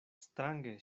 strange